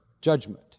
judgment